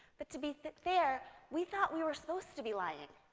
but to be fair, we thought we were supposed to be lying.